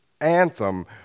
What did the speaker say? anthem